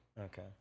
Okay